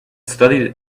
studied